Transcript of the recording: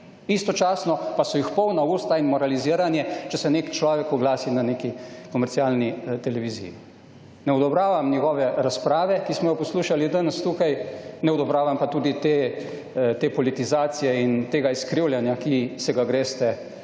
istočasno pa so jih polna usta in moraliziranje, če se nek človek oglasi na neki komercialni televiziji. Ne odobravam njegove razprave, ki smo jo poslušali danes tukaj, ne odobravam pa tudi te politizacije in tega izkrivljanja, ki se ga greste